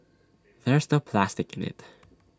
there's no plastic in IT